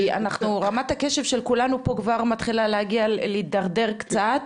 כי רמת הקשב של כולנו פה כבר מתחילה להתדרדר קצת,